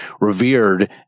revered